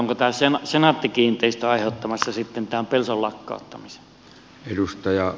onko senaatti kiinteistöt aiheuttamassa sitten tämän pelson lakkauttamisen